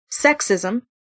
Sexism